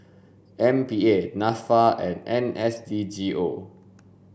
M P A NAFA and N S D G O